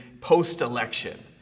post-election